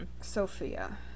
Sophia